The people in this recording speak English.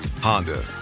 Honda